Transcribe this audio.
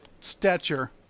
stature